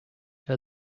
are